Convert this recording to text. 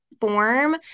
form